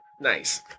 Nice